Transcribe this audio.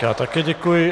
Já také děkuji.